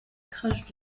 crash